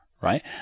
right